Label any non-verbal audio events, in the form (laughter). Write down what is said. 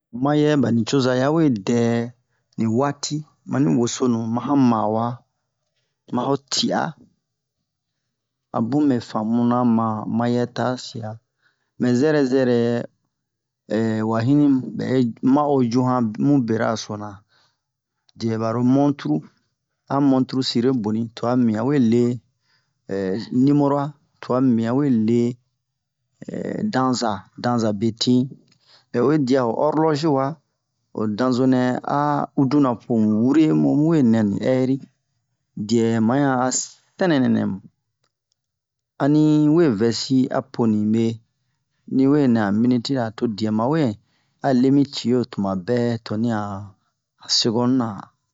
Mayɛ ba nicoza ya we dɛ ni waati mani wosonu ma han mawa ma ho ti'a a bun me famuna ma ho wayɛ ta sia mɛ zɛrɛ zɛrɛ (hesitation) wa hini bɛ ma'o ju han mu bera sona diɛ baro Montru a montru sire boni twa mibin a we le (hesitation) niboro'a twa mibin awe le (hesitation) danza danza betin oyi dia ho orlogi wa ho danzo nɛ a uduna po mu wure mu o mu we nɛ ni ɛri diɛ ma yan a sɛnɛ-nɛnɛ mu ani we vɛsi a po nibe ni we nɛ han minitira to diɛ ma we a le mi cio dumabɛ toni a han sekond na